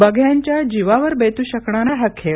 बघ्यांच्या जीवावर बेतू शकणारा हा खेळ